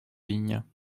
vignes